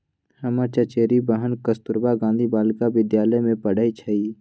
हमर चचेरी बहिन कस्तूरबा गांधी बालिका विद्यालय में पढ़इ छइ